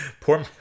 Poor